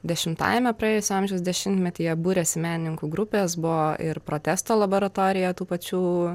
dešimtajame praėjusio amžiaus dešimtmetyje būrėsi menininkų grupės buvo ir protesto laboratorija tų pačių